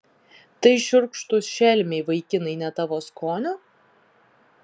tai šiurkštūs šelmiai vaikinai ne tavo skonio